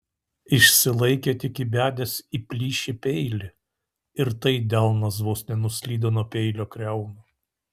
išsilaikė tik įbedęs į plyšį peilį ir tai delnas vos nenuslydo nuo peilio kriaunų